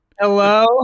Hello